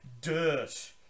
dirt